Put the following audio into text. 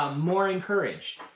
um more encouraged.